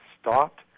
stopped